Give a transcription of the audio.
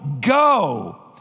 go